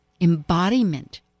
embodiment